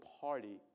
party